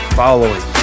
following